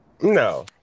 No